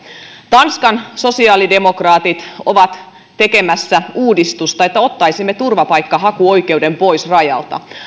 tanskan sosiaalidemokraatit ovat tekemässä uudistusta että ottaisimme turvapaikkahakuoikeuden pois rajalta